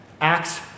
Acts